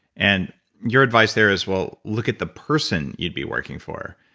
and your advice there as well look at the person you'd be working for.